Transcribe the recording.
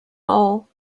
all